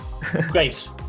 great